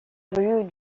rue